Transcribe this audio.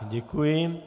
Děkuji.